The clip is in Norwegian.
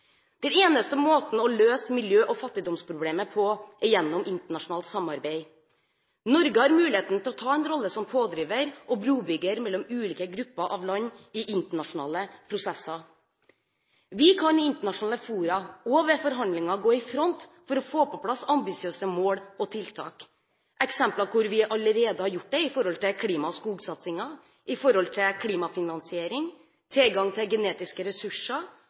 Den eneste måten å løse miljø- og fattigdomsproblemet på er gjennom internasjonalt samarbeid. Norge har muligheten til å ta en rolle som pådriver og brobygger mellom ulike grupper av land i internasjonale prosesser. Vi kan i internasjonale fora og ved forhandlinger gå i front for å få på plass ambisiøse mål og tiltak. Eksempler hvor vi allerede har gjort det, er klima- og skogsatsingen, klimafinansiering, tilgang til genetiske ressurser,